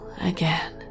again